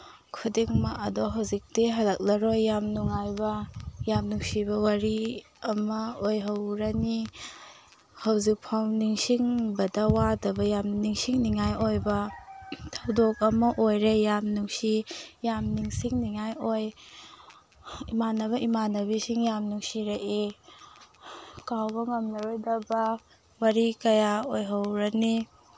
ꯈꯨꯗꯤꯡꯃꯛ ꯑꯗꯣ ꯍꯧꯖꯤꯛꯇꯤ ꯍꯜꯂꯛꯂꯔꯣꯏ ꯌꯥꯝ ꯅꯨꯡꯉꯥꯏꯕ ꯌꯥꯝ ꯅꯨꯡꯁꯤꯕ ꯋꯥꯔꯤ ꯑꯃ ꯑꯣꯏꯍꯧꯔꯅꯤ ꯍꯧꯖꯤꯛꯐꯥꯎ ꯅꯤꯡꯁꯤꯡꯕꯗ ꯋꯥꯗꯕ ꯌꯥꯝ ꯅꯤꯡꯁꯤꯡꯅꯤꯉꯥꯏ ꯑꯣꯏꯕ ꯊꯧꯗꯣꯛ ꯑꯃ ꯑꯣꯏꯔꯦ ꯌꯥꯝ ꯅꯨꯡꯁꯤ ꯌꯥꯝ ꯅꯤꯡꯁꯤꯡꯅꯤꯉꯥꯏ ꯑꯣꯏ ꯏꯃꯥꯟꯅꯕ ꯏꯃꯥꯟꯅꯕꯤꯁꯤꯡ ꯌꯥꯝ ꯅꯨꯡꯁꯤꯔꯛꯏ ꯀꯥꯎꯕ ꯉꯝꯂꯔꯣꯏꯗꯕ ꯋꯥꯔꯤ ꯀꯌꯥ ꯑꯣꯏꯍꯧꯔꯅꯤ